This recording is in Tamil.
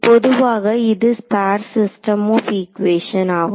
பொதுவாக இது ஸ்பேர்ஸ் சிஸ்டம் ஆப் ஈகுவேஷன் ஆகும்